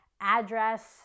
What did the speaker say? address